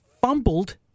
fumbled